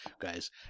guys